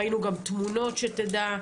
ראינו גם תמונות, שתדע,